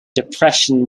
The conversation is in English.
depression